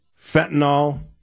fentanyl